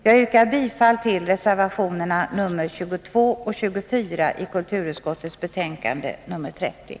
Jag yrkar bifall till reservationerna nr 22 och 24 vid kulturutskot